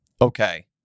okay